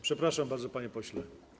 Przepraszam bardzo, panie pośle.